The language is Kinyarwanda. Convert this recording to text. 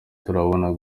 turabona